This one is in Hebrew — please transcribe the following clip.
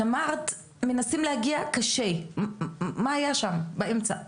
את אמרת, מנסים להגיע אבל קשה, מה היה שם, באמצע?